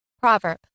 Proverb